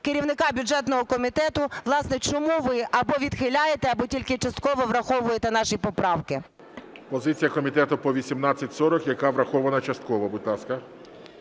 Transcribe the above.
керівника бюджетного комітету, власне, чому ви або відхиляєте, або тільки частково враховуєте наші поправки. ГОЛОВУЮЧИЙ. Позиція комітету по 1840, яка врахована частково. Будь ласка.